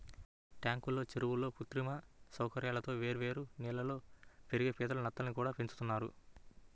ట్యాంకుల్లో, చెరువుల్లో కృత్రిమ సౌకర్యాలతో వేర్వేరు నీళ్ళల్లో పెరిగే పీతలు, నత్తల్ని కూడా పెంచుతున్నారు